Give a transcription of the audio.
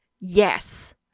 yes